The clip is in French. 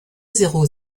zéro